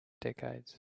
decades